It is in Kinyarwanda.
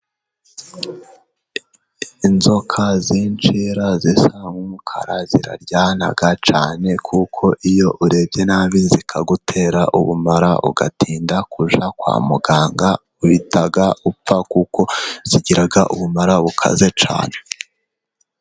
Inzoka z'inshira zisa n'umukara ziraryana cyane, kuko iyo urebye nabi zikagutera ubumara ugatinda kujya kwa muganga uhita upfa kuko zigira ubumara bukaze cyane.